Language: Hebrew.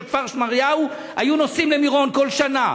כפר-שמריהו היו נוסעים למירון כל שנה